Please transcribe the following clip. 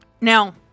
Now